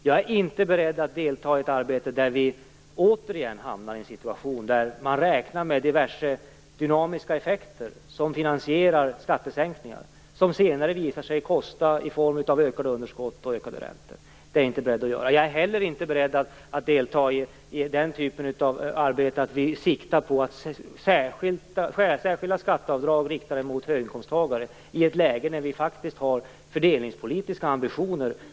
Jag är inte beredd att delta i ett arbete där vi återigen hamnar i en situation där man räknar med diverse dynamiska effekter som finansierar skattesänkningar, och som senare visar sig bli en kostnad i form av ökade underskott och ökade räntor. Jag är heller inte beredd att delta i en typ av arbete där vi siktar på särskilda skatteavdrag riktade mot höginkomsttagare i ett läge där vi faktiskt har fördelningspolitiska ambitioner.